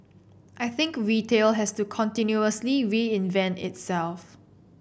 I think retail has to continuously reinvent itself